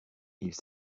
ils